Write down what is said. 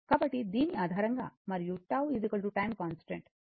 కాబట్టి దీని ఆధారంగా మరియు τ టైం కాన్స్టాంట్ అంటే CR